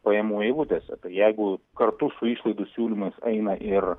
pajamų eilutėse jeigu kartu su išlaidų siūlymus eina ir